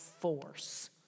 force